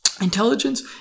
Intelligence